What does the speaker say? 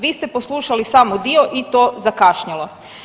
Vi ste poslušali samo dio i to zakašnjelo.